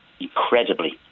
incredibly